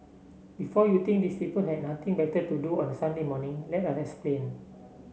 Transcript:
before you think these people had nothing better to do on Sunday morning let us explain